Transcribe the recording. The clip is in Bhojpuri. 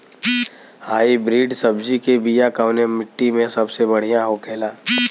हाइब्रिड सब्जी के बिया कवने मिट्टी में सबसे बढ़ियां होखे ला?